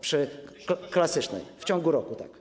Przy klasycznej, w ciągu roku, tak.